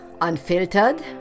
Unfiltered